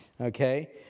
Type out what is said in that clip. okay